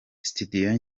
studio